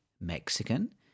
mexican